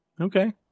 Okay